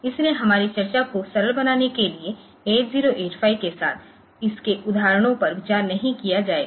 इसलिए हमारी चर्चा को सरल बनाने के लिए 8085 के साथ इसके उदाहरणों पर विचार नहीं किया जाएगा